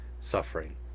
suffering